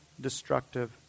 destructive